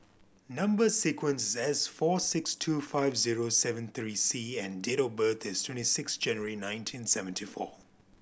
number sequence is S four six two five zero seven three C and date of birth is twenty six January nineteen seventy four